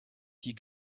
hier